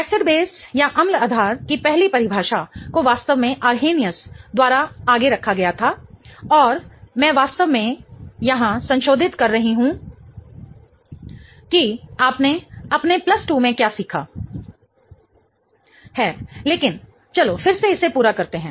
acid base अम्ल आधार की पहली परिभाषा को वास्तव में अर्नहेनियस द्वारा आगे रखा गया था और मैं वास्तव में यहाँ संशोधित कर रही हूं कि आपने अपने 2 में क्या सीखा है लेकिन चलो फिर से इसे पूरा करते हैं